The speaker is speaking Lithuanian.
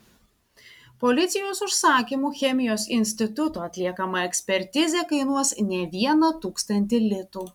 policijos užsakymu chemijos instituto atliekama ekspertizė kainuos ne vieną tūkstantį litų